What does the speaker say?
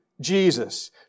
Jesus